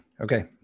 Okay